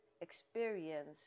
experience